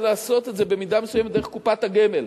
לעשות את זה במידה מסוימת דרך קופת הגמל.